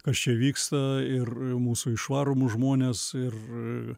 kas čia vyksta ir mūsų išvaromus žmones ir